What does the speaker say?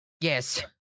Yes